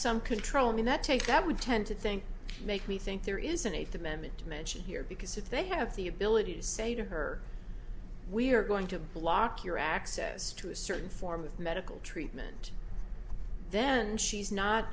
some control in that take that would tend to think make me think there is an eighth amendment mentioned here because if they have the ability to say to her we are going to block your access to a certain form of medical treatment then she's not